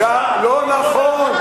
לא נכון.